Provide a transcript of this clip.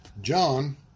John